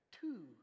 Two